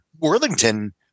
worthington